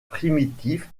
primitif